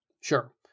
sure